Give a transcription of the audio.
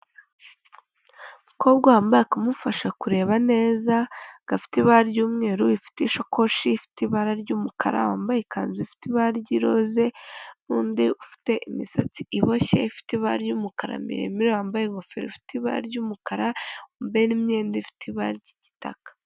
Umukobwa wambaye akamufasha kureba neza gafite ibara ry'umweru, ufite ishakoshi ifite ibara ry'umukara, wambaye ikanzu ifite ibara ry'iroze, nundi ufite imisatsi iboshye ifite ibara ry'umukara mireremire, wambaye ingofero ifite ibara ry'umukara, wambaye n'imyenda ifite ibara ry'igitaka.